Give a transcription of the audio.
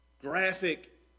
graphic